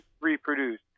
reproduce